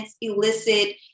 elicit